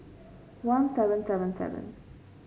one seven seven seven